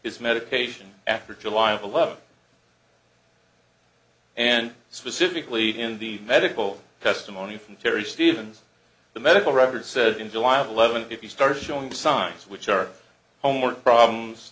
his medication after july eleventh and specifically in the medical testimony from terri stevens the medical records said in july eleventh if you start showing signs which are homework problems